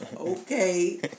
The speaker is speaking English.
Okay